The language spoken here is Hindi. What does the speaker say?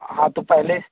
हाँ तो पहले